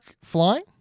flying